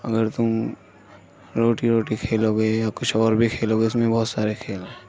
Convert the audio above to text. اگر تم روٹی روٹی کھیلو گے یا کچھ اور بھی کھیلو گے اُس میں بہت سارے کھیل ہیں